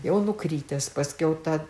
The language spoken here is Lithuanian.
jau nukritęs paskiau ta